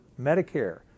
Medicare